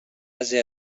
base